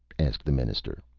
asked the minister.